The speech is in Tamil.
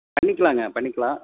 பண்ணிக்கிலாங்க பண்ணிக்கிலாம்